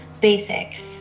basics